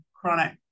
chronic